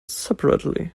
separately